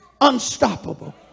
unstoppable